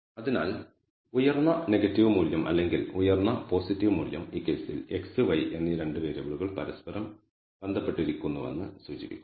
അതിനാൽ ഉയർന്ന നെഗറ്റീവ് മൂല്യം അല്ലെങ്കിൽ ഉയർന്ന പോസിറ്റീവ് മൂല്യം ഈ കേസിൽ x y എന്നീ 2 വേരിയബിളുകൾ പരസ്പരം ബന്ധപ്പെട്ടിരിക്കുന്നുവെന്ന് സൂചിപ്പിക്കുന്നു